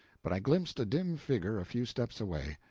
but i glimpsed a dim figure a few steps away.